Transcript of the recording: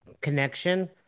connection